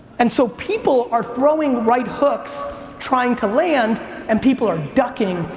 and so people are growing right hooks trying to land and people are ducking,